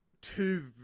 two